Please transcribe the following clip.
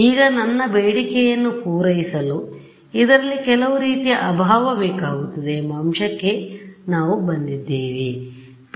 ಈಗ ನನ್ನಬೇಡಿಕೆಯನ್ನು ಪೂರೈಸಲು ಇದರಲ್ಲಿ ಕೆಲವು ರೀತಿಯ ಅಭಾವ ಬೇಕಾಗುತ್ತದೆ ಎಂಬ ಅಂಶಕ್ಕೆ ನಾವು ಬಂದಿದ್ದೇವೆ